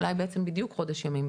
אולי בעצם בדיוק חודש ימים,